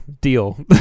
Deal